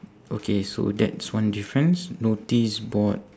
okay so that's one difference notice board